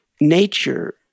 nature